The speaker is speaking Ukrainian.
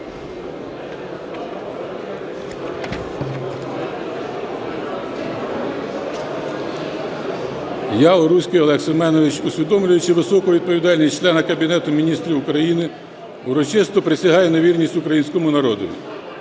Я, Уруський Олег Семенович, усвідомлюючи високу відповідальність члена Кабінету Міністрів України, урочисто присягаю на вірність Українському народові.